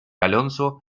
alonso